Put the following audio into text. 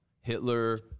Hitler